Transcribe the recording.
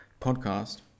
podcast